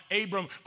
Abram